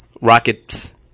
Rockets